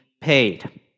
paid